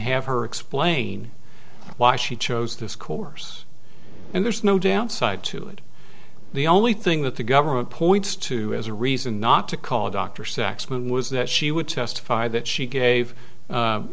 have her explain why she chose this course and there's no downside to it the only thing that the government points to as a reason not to call dr saxman was that she would testify that she gave